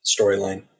storyline